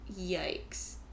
Yikes